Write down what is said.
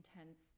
intense